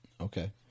Okay